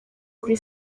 kuri